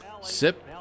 Sip